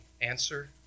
Answer